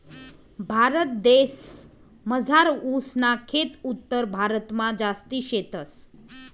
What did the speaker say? भारतदेसमझार ऊस ना खेत उत्तरभारतमा जास्ती शेतस